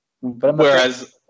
Whereas